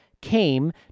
came